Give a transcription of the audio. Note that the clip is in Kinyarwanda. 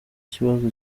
kibazo